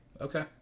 okay